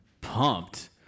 pumped